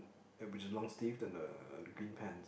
uh which is a long sleeve and a green pants